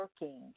working